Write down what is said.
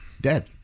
Dead